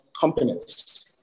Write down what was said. companies